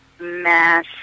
mass